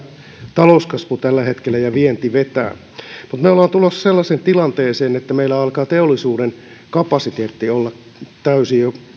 talouskasvu tällä hetkellä ja vienti vetää mutta me olemme tulossa sellaiseen tilanteeseen että meillä alkaa teollisuuden kapasiteetti olla jo